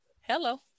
Hello